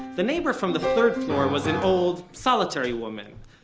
the neighbor from the third floor was an old, solitary woman.